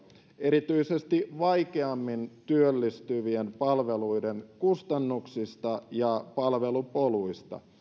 erityisesti vaikeammin työllistyvien palveluiden kustannuksista ja palvelupoluista